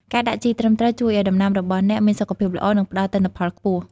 ការដាក់ជីត្រឹមត្រូវជួយឲ្យដំណាំរបស់អ្នកមានសុខភាពល្អ និងផ្តល់ទិន្នផលខ្ពស់។